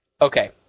Okay